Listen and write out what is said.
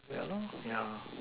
yeah lor yeah